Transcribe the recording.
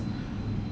yvonne